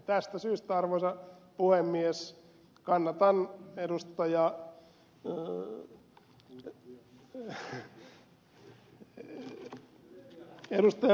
tästä syystä arvoisa puhemies kannatan ed